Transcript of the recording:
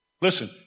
Listen